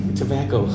tobacco